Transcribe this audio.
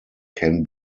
can